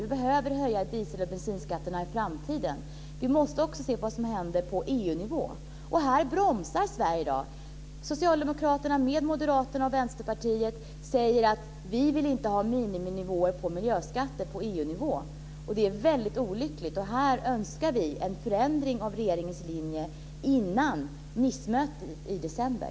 Vi behöver höja diesel och bensinskatterna i framtiden, men vi måste också se till vad som händer på EU-nivå. Här bromsar Sverige i dag. Socialdemokraterna säger tillsammans med Moderaterna och Vänsterpartiet: Vi vill inte ha miniminivåer på miljöskatter på EU-nivå. Det är väldigt olyckligt. Här önskar vi en förändring av regeringens linje innan Nicemötet i december.